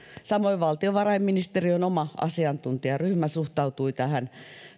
samoin valtiovarainministeriön oma asiantuntijaryhmä suhtautui tähän